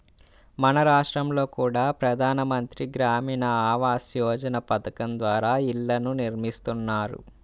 మన రాష్టంలో కూడా ప్రధాన మంత్రి గ్రామీణ ఆవాస్ యోజన పథకం ద్వారా ఇళ్ళను నిర్మిస్తున్నారు